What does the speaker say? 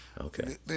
Okay